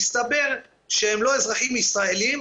הסתבר שהם לא אזרחים ישראלים,